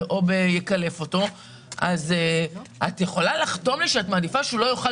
את יכולה לחתום לי שאת מעדיפה שהוא לא יאכל